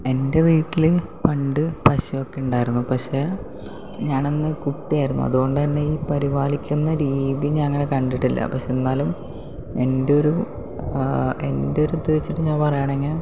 എൻ്റെ വീട്ടില് പണ്ട് പശുവൊക്കെ ഉണ്ടായിരുന്നു പക്ഷേ ഞാനന്ന് കുട്ടിയായിരുന്നു അതുകൊണ്ടുതന്നെ ഈ പരിപാലിക്കുന്ന രീതി ഞാനങ്ങനെ കണ്ടിട്ടില്ല പക്ഷേ എന്നാലും എന്റെ ഒരു എന്റെ ഒരു ഇതുവെച്ചിട്ട് ഞാൻ പറയുകയാണെങ്കിൽ